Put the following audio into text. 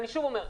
אני אומר שוב,